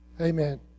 amen